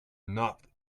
not